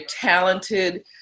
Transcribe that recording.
talented